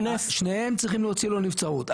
שניהם צריכים להוציא לנבצרות,